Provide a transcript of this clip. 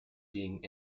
being